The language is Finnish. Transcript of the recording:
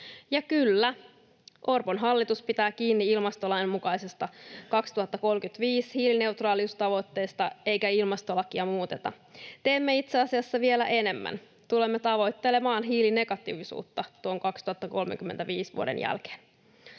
Ja kyllä, Orpon hallitus pitää kiinni ilmastolain mukaisesta 2035-hiilineutraaliustavoitteesta, eikä ilmastolakia muuteta. Teemme itse asiassa vielä enemmän: tulemme tavoittelemaan hiilinegatiivisuutta tuon vuoden 2035 jälkeen.